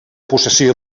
possessió